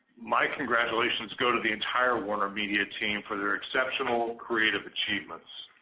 my congratulations go to the entire warnermedia team for their exceptional creative achievements.